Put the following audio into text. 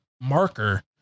marker